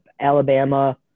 Alabama